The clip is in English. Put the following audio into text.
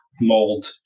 mold